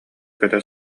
көтө